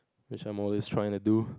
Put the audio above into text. which I'm always trying to do